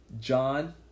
John